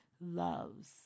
loves